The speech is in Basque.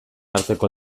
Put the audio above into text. arteko